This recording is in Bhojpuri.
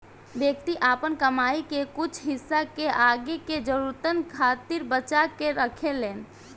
व्यक्ति आपन कमाई के कुछ हिस्सा के आगे के जरूरतन खातिर बचा के रखेलेन